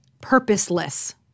Purposeless